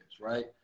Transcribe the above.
right